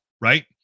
right